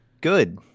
good